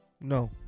No